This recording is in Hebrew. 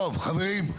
טוב, חברים.